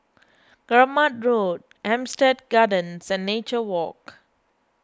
Keramat Road Hampstead Gardens and Nature Walk